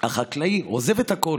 החקלאי עוזב את הכול,